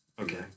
Okay